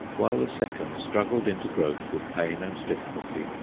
while the second struggled into growth with pain and difficulty,